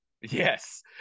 Yes